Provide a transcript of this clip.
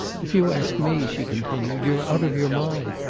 if you ask me, she continued, you're out of your mind.